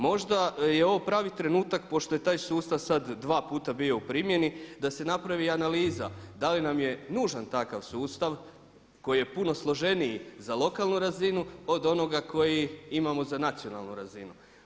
Možda je ovo pravi trenutak pošto je taj sustav sad dva puta bio u primjeni da se napravi analiza da li nam je nužan takav sustav koji je puno složeniji za lokalnu razinu od onoga koji imamo za nacionalnu razinu.